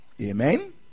Amen